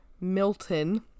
Milton